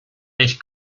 echt